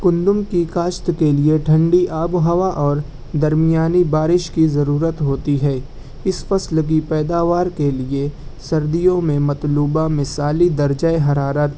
گندم کی کاشت کے لئے ٹھنڈی آب و ہوا اور درمیانی بارش کی ضرورت ہوتی ہے اس فصل کی پیداوار کے لئے سردیوں میں مطلوبہ مثالی درجۂ حرارت